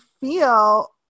feel